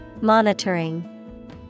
Monitoring